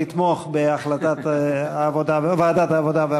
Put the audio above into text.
לתמוך בהחלטת ועדת העבודה,